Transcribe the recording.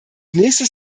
nächstes